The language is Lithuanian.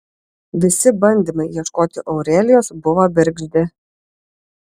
visi bandymai ieškoti aurelijos buvo bergždi